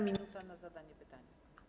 Minuta na zadanie pytania.